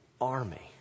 army